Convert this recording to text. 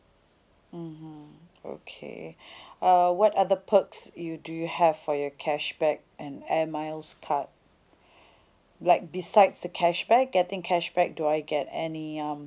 mmhmm okay uh what other perks you do you have for your cashback and air miles card like besides the cashback getting cashback do I get any um